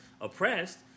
oppressed